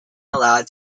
allowed